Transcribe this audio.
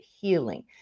healing